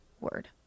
word